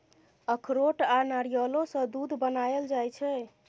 अखरोट आ नारियलो सँ दूध बनाएल जाइ छै